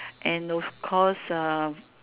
and of course uh